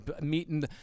meeting